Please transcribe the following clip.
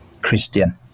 Christian